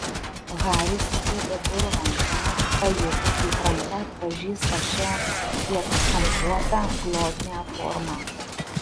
haris sugriebė durų rankeną pajuto kaip ranka atpažįsta šią kiek kampuotą glotnią formą